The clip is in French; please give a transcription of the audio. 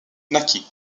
naquit